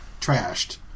trashed